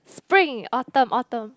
spring autumn autumn